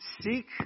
Seek